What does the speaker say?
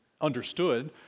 understood